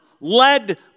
led